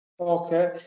Okay